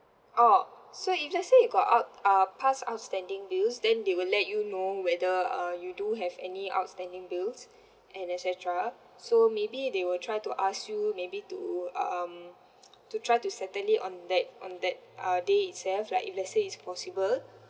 oh so if let's say you got out uh past outstanding bills then they will let you know whether uh you do have any outstanding bills and et cetera so maybe they will try to ask you maybe to um to try to settle it on that on that uh day itself like if let's say it's possible